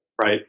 right